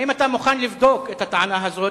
האם אתה מוכן לבדוק את הטענה הזאת?